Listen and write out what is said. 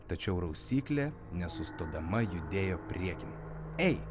tačiau rausyklė nesustodama judėjo priekin ei